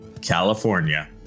California